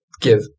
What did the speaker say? give